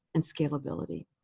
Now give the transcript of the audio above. and scalability.